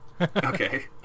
Okay